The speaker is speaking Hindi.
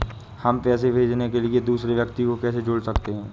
हम पैसे भेजने के लिए दूसरे व्यक्ति को कैसे जोड़ सकते हैं?